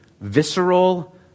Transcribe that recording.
visceral